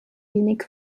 wenig